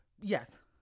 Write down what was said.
Yes